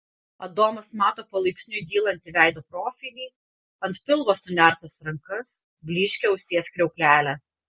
adomas mato palaipsniui dylantį veido profilį ant pilvo sunertas rankas blyškią ausies kriauklelę